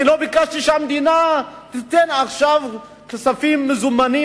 אני לא ביקשתי שהמדינה תיתן עכשיו כספים במזומן.